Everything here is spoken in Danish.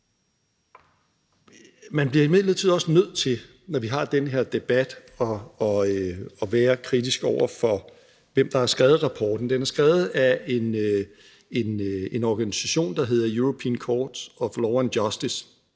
Man bliver imidlertid også nødt til, når vi har den her debat, at være kritisk over for, hvem der har skrevet rapporten. Den er skrevet af en organisation, der hedder European Centre for Law & Justice,